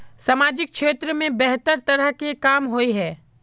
सामाजिक क्षेत्र में बेहतर तरह के काम होय है?